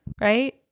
right